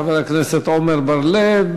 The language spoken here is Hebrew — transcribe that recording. חבר הכנסת עמר בר-לב.